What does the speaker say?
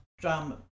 drama